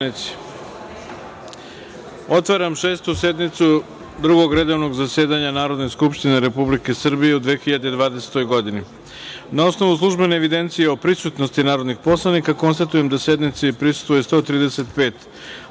otvaram Šestu sednicu Drugog redovnog zasedanja Narodne skupštine Republike Srbije u 2020. godini. Na osnovu službene evidencije o prisutnosti narodnih poslanika, konstatujem da sednici prisustvuje 135